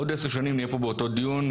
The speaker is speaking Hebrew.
עוד עשר שנים נהיה פה באותו דיון,